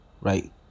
right